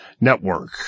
Network